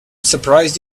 surprised